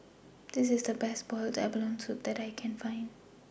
This IS The Best boiled abalone Soup that I Can Find